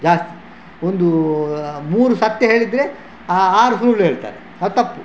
ಜಾಸ್ತಿ ಒಂದು ಮೂರು ಸತ್ಯ ಹೇಳಿದರೆ ಆರು ಸುಳ್ಳು ಹೇಳ್ತಾರೆ ಅದು ತಪ್ಪು